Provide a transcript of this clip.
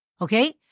Okay